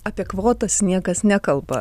apie kvotas niekas nekalba